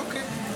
אוקיי.